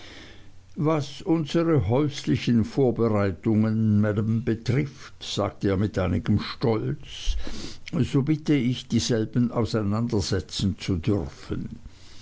was unsere häuslichen vorbereitungen maam betrifft sagte er mit einigem stolz so bitte ich dieselben auseinandersetzen zu dürfen